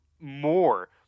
more